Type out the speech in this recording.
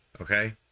Okay